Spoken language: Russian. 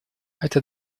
эта